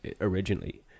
originally